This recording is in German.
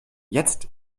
jetzt